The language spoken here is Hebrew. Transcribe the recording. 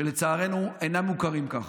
ולצערנו הם אינם מוכרים כך.